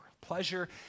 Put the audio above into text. pleasure